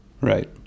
Right